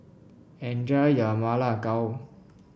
enjoy your Ma Lai Gao